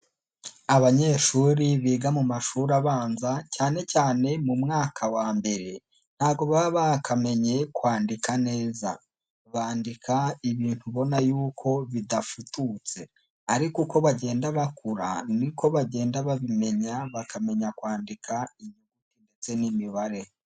Abanyeshuri biga mu mashuri abanza cyane cyane mu mwaka wa mbere, ntago baba bakamenye kwandika neza, bandika ibintu ubona yuko bidafututse, ariko uko bagenda bakura ni ko bagenda babimenya, bakamenya kwandika ndetse n'imibare.